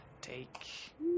take